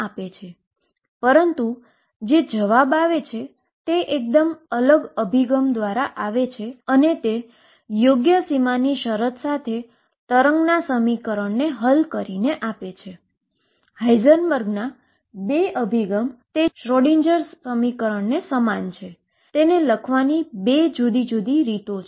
wave ક્રમાંક 2 કે જે યોગ્ય બાઉન્ડ્રી કન્ડીશન સાથેના ઉકેલોથી સીસ્ટમ ક્વોન્ટમ એનર્જી આપે છે